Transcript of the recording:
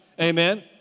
Amen